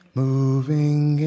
moving